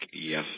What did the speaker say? Yes